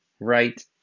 right